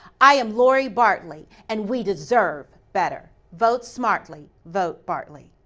i am lori bartley, and we deserve better. vote smartly, vote bartley.